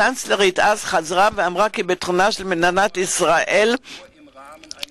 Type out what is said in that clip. הקנצלרית חזרה ואמרה אז כי ביטחונה של מדינת ישראל ופתרון